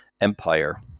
Empire